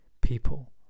people